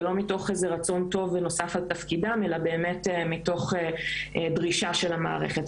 ולא מתוך איזה רצון טוב ונוסף על תפקידם אלא באמת מתוך דרישה של המערכת.